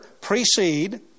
precede